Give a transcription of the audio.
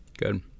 good